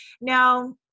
Now